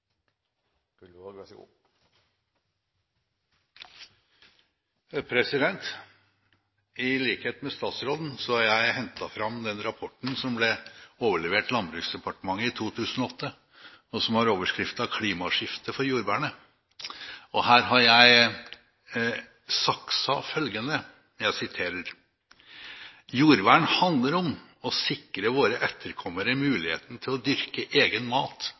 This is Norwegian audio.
I likhet med statsråden har jeg hentet fram den rapporten som ble overlevert Landbruksdepartementet i 2008, og som har overskriften «Klimaskifte for jordvernet». Her har jeg sakset følgende: «Jordvern handler om å sikre våre etterkommere muligheten til å dyrke egen mat